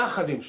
יחד עם זאת,